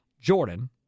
Jordan